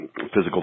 physical